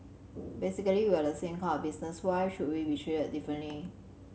basically we are the same kind of business why should we be treated differently